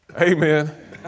Amen